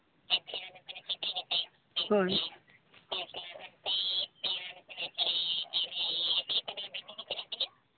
ᱦᱳᱭ